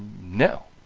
no!